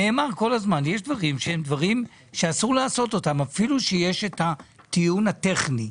שיש דברים שהם דברים שאסור לעשות אותם אפילו שיש את הטיעון הטכני,